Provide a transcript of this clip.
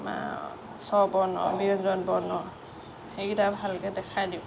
বা স্বৰবৰ্ণ ব্যঞ্জনবৰ্ণ সেইকেইটা ভালকৈ দেখাই দিওঁ